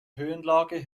höhenlage